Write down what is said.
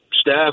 staff